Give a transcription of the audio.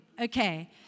Okay